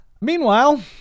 Meanwhile